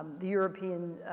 the european,